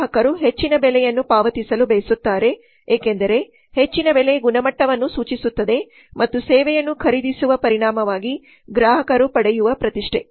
ಗ್ರಾಹಕರು ಹೆಚ್ಚಿನ ಬೆಲೆಯನ್ನು ಪಾವತಿಸಲು ಬಯಸುತ್ತಾರೆ ಏಕೆಂದರೆ ಹೆಚ್ಚಿನ ಬೆಲೆ ಗುಣಮಟ್ಟವನ್ನು ಸೂಚಿಸುತ್ತದೆ ಮತ್ತು ಸೇವೆಯನ್ನು ಖರೀದಿಸುವ ಪರಿಣಾಮವಾಗಿ ಗ್ರಾಹಕರು ಪಡೆಯುವ ಪ್ರತಿಷ್ಠೆ